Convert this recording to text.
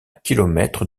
kilomètre